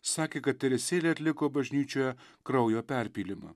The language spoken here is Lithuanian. sakė kad teresėlė atliko bažnyčioje kraujo perpylimą